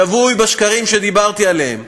שבוי בשקרים שדיברתי עליהם.